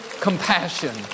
compassion